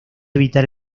evitar